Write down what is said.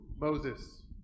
Moses